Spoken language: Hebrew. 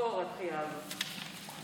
הדחייה הזאת.